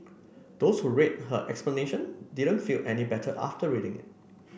those who read her explanation didn't feel any better after reading it